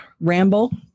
ramble